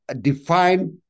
defined